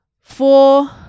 Four